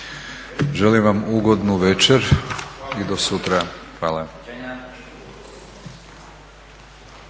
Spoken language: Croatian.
Želim vam ugodnu večer i do sutra. Hvala.